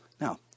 Now